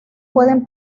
pueden